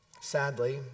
Sadly